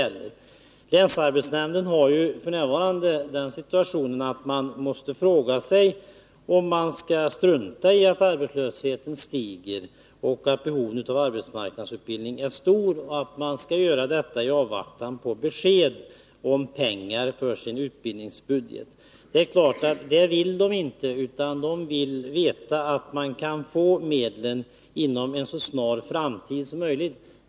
Länsarbetsnämnden befinner sig ju f. n. i den situationen att man måste fråga sig om man skall strunta i att arbetslösheten stiger och att behovet av arbetsmarknadsutbildning är stort, i avvaktan på besked om pengar till utbildningsbudgeten. Det är klart att länsarbetsnämnden inte vill ha det på det sättet, utan man vill veta att man kan få medlen inom en så snar framtid som möjligt.